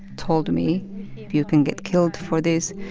told me you can get killed for this.